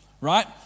right